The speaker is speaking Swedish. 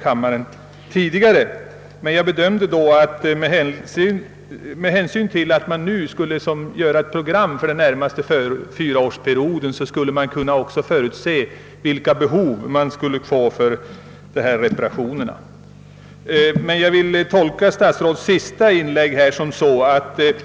Jag bedömde saken så, att när man nu gjort upp ett försvarsprogram för den närmaste fyraårsperioden, skulle man också kunna förutse vilket behov av telematerielreparationer som skulle uppkomma. Jag tolkar statsrådets senaste inlägg på det sättet,